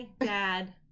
dad